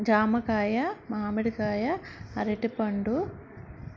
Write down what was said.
జామకాయ మామిడికాయ అరటిపండు